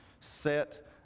set